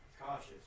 cautious